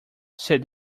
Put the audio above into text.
said